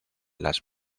las